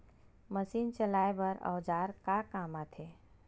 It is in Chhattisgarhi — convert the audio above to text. मशीन चलाए बर औजार का काम आथे?